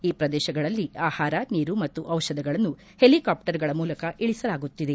ಈ ಪ್ರದೇಶಗಳಲ್ಲಿ ಆಪಾರ ನೀರು ಮತ್ತು ಚಿಷಧಗಳನ್ನು ಹೆಲಿಕಾಪ್ಟರ್ಗಳ ಮೂಲಕ ಇಳಿಸಲಾಗುತ್ತಿದೆ